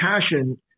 passion